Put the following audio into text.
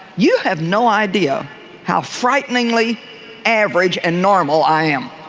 you have no idea how frighteningly average and normal i am.